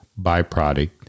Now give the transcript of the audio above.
byproduct